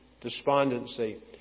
despondency